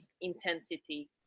intensity